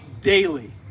daily